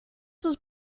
sus